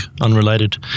unrelated